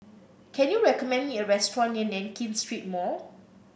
can you recommend me a restaurant near Nankin Street Mall